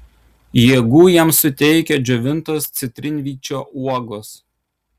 jėgų jiems suteikia džiovintos citrinvyčio uogos